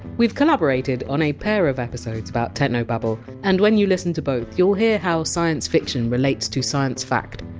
we've collaborated on a pair of episodes about technobabble, and when you listen to both, you'll hear how science fiction relates to science fact.